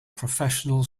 professional